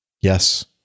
Yes